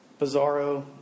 bizarro